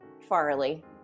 Farley